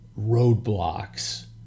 roadblocks